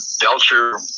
Belcher